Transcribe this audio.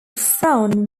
frown